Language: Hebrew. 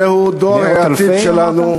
זהו דור העתיד שלנו.